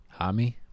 Hami